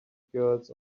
girls